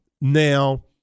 Now